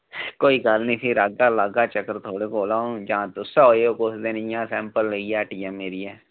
कोई गल्ल नीं फिर आगा लागा चक्क थोहाड़े जां तुस आएओ कुसा दिन इयां गै सैंपल लेइयै हट्टियै मेरियै